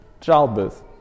childbirth